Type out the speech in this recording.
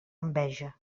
enveja